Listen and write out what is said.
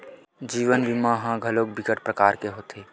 जीवन बीमा ह घलोक बिकट परकार के होथे